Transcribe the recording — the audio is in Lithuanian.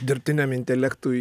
dirbtiniam intelektui